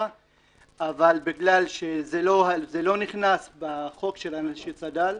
אבל בגלל שזה לא נכנס בחוק של אנשי צד"ל,